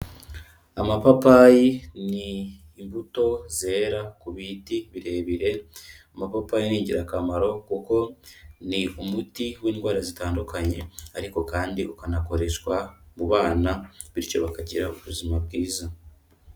Amapapayi ni imbuto zera ku biti birebire, amapapayi ni ingirakamaro kuko ni umuti w'indwara zitandukanye ariko kandi ukanakoreshwa mu bana bityo bakagira ubuzima bwiza.